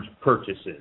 purchases